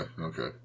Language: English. Okay